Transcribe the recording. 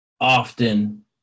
often